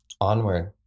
Onward